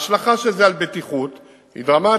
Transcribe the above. ההשלכה של זה על בטיחות היא דרמטית,